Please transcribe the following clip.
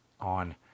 on